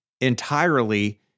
entirely